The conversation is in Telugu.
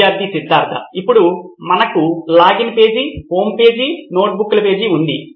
విద్యార్థి సిద్ధార్థ్ ఇప్పుడు మనకు లాగిన్ పేజీ హోమ్పేజీ నోట్బుక్ల పేజీ ఉంది